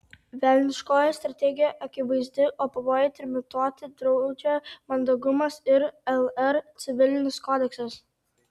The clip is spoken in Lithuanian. velniškoji strategija akivaizdi o pavojų trimituoti draudžia mandagumas ir lr civilinis kodeksas